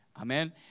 Amen